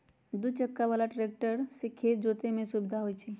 दू चक्का बला ट्रैक्टर से खेत जोतय में सुविधा होई छै